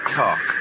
talk